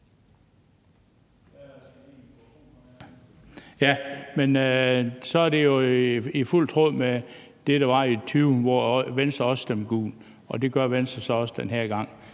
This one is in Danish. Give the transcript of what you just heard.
(DF): Så er det jo helt i tråd med det, der skete i 2020, hvor Venstre også stemte gult. Det gør Venstre så også den her gang,